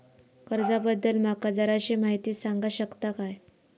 कर्जा बद्दल माका जराशी माहिती सांगा शकता काय?